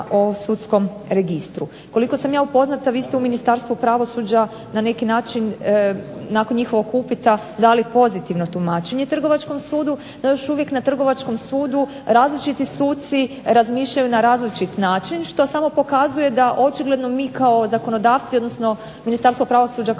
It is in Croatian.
o sudskom registru. Koliko sam ja upoznata vi ste u Ministarstvu pravosuđa na neki način nakon njihovog upita dali pozitivno tumačenje Trgovačkom sudu, no još uvijek na Trgovačkom sudu različiti suci razmišljanju na različit način, što samo pokazuje da očigledno mi kao zakonodavci, odnosno Ministarstvo pravosuđa